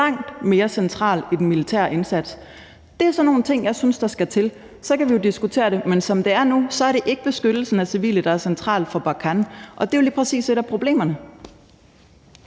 langt mere centralt i den militære indsats. Det er sådan nogle ting, jeg synes der skal til. Så kan vi jo diskutere det, men som det er nu, er det ikke beskyttelsen af civile, der er central for »Operation Barkhane«, og det er jo lige præcis et af problemerne.